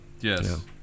Yes